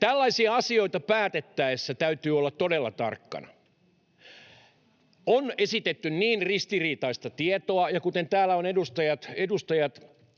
Tällaisia asioita päätettäessä täytyy olla todella tarkkana. On esitetty niin ristiriitaista tietoa, ja kuten täällä ovat edustajat